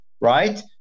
right